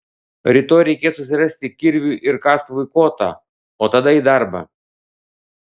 rytoj reikės susirasti kirviui ir kastuvui kotą o tada į darbą